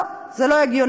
לא, זה לא הגיוני.